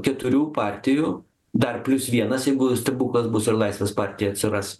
keturių partijų dar plius vienas jeigu stebuklas bus ir laisvės partija atsiras